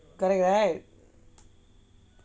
correct right